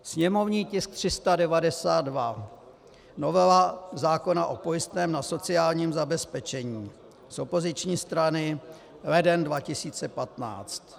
Sněmovní tisk 392, novela zákona o pojistném na sociálním zabezpečení z opoziční strany leden 2015.